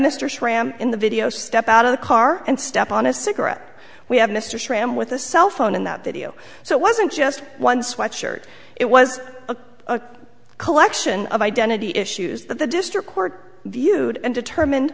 mr schramm in the video step out of the car and step on a cigarette we have mr schramm with a cell phone in that video so it wasn't just one sweatshirt it was a collection of identity issues that the district court viewed and determine